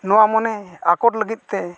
ᱱᱚᱣᱟ ᱢᱚᱱᱮ ᱟᱠᱚᱴ ᱞᱟᱹᱜᱤᱫ ᱛᱮ